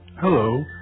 Hello